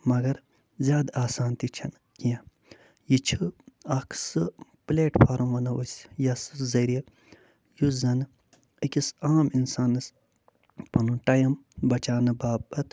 مگر زیادٕ آسان تہِ چھِنہٕ کیٚنہہ یہِ چھِ اَکھ سُہ پٕلیٹفارَم وَنو أسۍ یَس سُہ ذٔریعہ یُس زَنہٕ أکِس عام اِنسانَس پَنُن ٹایِم بچاونہٕ باپَت